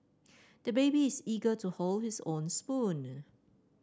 the baby is eager to hold his own spoon